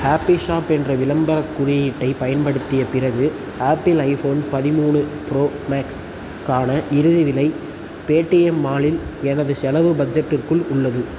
happy shop என்ற விளம்பரக் குறியீட்டைப் பயன்படுத்திய பிறகு ஆப்பிள் ஐ போன் பதிமூணு ப்ரோ மேக்ஸுக்கான இறுதி விலை பேடிஎம் மால் இல் எனது செலவு பட்ஜெட்டிற்குள் உள்ளது